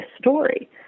story